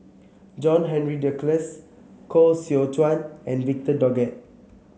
John Henry Duclos Koh Seow Chuan and Victor Doggett